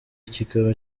kikaba